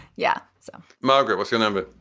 yeah. so, margaret, what's your number?